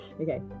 Okay